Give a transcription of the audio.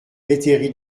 métairie